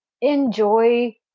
Enjoy